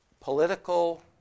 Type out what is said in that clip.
political